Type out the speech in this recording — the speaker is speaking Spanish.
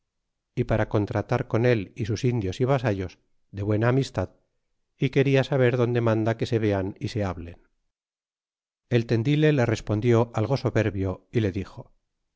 y para contratar con él y sus indios y vasallos de buena amistad y queda saber donde manda que se vean y se lhablen y el tendile le respondió algo soberbio y le dixo